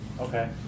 okay